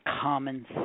common